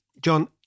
John